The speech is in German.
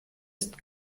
ist